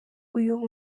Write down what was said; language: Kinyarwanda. uyu